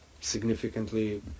significantly